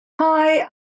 Hi